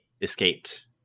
escaped